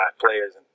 players